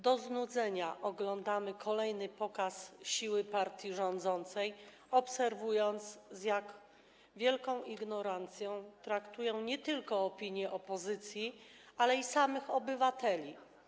Do znudzenia oglądamy kolejny pokaz siły partii rządzącej, obserwując, z jak wielką ignorancją traktuje nie tylko opinie opozycji, ale i samych obywateli.